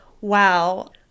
Wow